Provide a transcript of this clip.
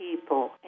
people